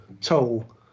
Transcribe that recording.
toll